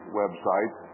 website